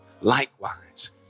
Likewise